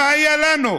מה היה לנו?